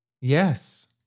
Yes